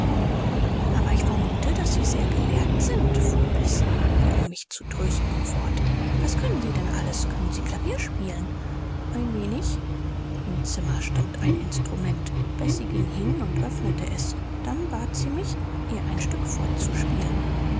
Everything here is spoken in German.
aber ich vermute daß sie sehr gelehrt sind fuhr bessie wie um mich zu trösten fort was können sie denn alles können sie klavier spielen ein wenig im zimmer stand ein instrument bessie ging hin und öffnete es dann bat sie mich ihr ein stück vorzuspielen